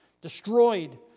destroyed